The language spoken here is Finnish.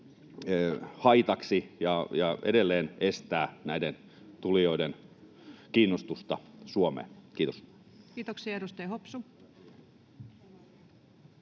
haitaksi ja edelleen estävät näiden tulijoiden kiinnostusta Suomeen. — Kiitos. Kiitoksia. — Edustaja Hopsu.